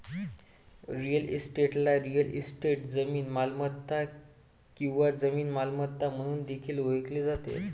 real इस्टेटला real estate, जमीन मालमत्ता किंवा जमीन मालमत्ता म्हणून देखील ओळखले जाते